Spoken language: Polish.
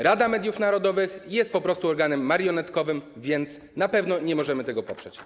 Rada Mediów Narodowych jest po prostu organem marionetkowym, więc na pewno nie możemy tego poprzeć.